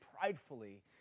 pridefully